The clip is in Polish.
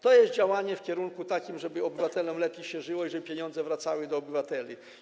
To jest działanie w kierunku takim, żeby obywatelom lepiej się żyło i żeby pieniądze wracały do obywateli.